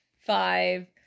Five